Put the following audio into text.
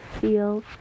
feel